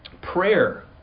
Prayer